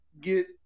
get